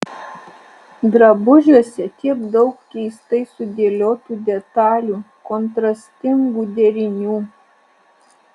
drabužiuose tiek daug keistai sudėliotų detalių kontrastingų derinių